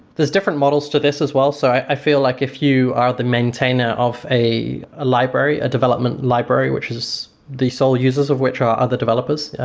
there's different models to this as well, so i feel like if you are the maintainer of a ah library, a development library, which is the sole users of which are other developers,